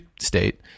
state